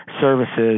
services